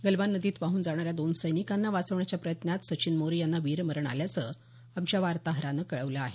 गलवान नदीत वाहून जाणाऱ्या दोन सैनिकांना वाचवण्याच्या प्रयत्नात सचिन मोरे यांना वीरमरण आल्याचं आमच्या वार्ताहरानं कळवलं आहे